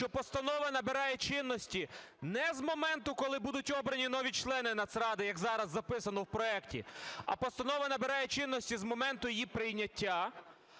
що постанова набирає чинності не з моменту, коли будуть обрані нові члени Нацради, як зараз записано в проекті, а постанова набирає чинності з моменту її прийняття,